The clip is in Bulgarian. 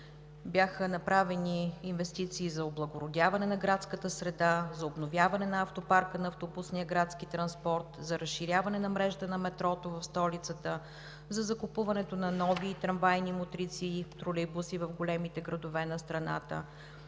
Бяха направени инвестиции за облагородяване на градската среда, за обновяване на автопарка на автобусния градски транспорт, за разширяване на мрежата на метрото в столицата, за закупуването на нови трамвайни мотриси и тролейбуси в големите градове на страната,